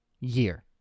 year